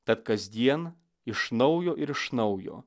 tad kasdien iš naujo ir iš naujo